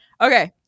okay